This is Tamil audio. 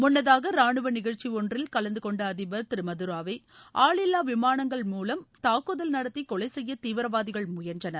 முன்னதாக ராணுவ நிகழ்ச்சி ஒன்றில் கலந்துகொண்ட அதிபர் திரு மதுரோவை ஆளில்லா விமானங்கள் மூலம் தாக்குதல் நடத்தி கொலை செய்ய தீவிரவாதிகள் முயன்றனர்